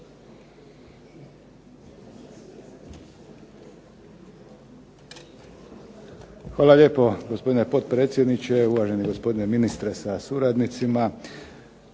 Hvala lijepo gospodine potpredsjedniče, uvaženi gospodine ministre sa suradnicima.